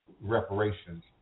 reparations